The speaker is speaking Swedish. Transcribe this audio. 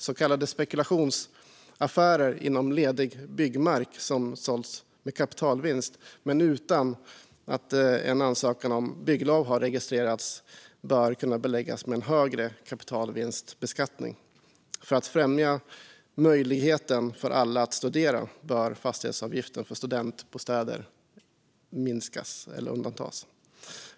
Så kallade spekulationsaffärer inom ledig byggbar mark, som sålts med kapitalvinst men utan att en ansökan om bygglov har registrerats, bör kunna beläggas med en högre kapitalvinstbeskattning. För att främja möjligheten för alla att studera bör fastighetsavgiften för studentbostäder minskas eller undantas.